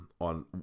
on